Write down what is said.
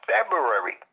February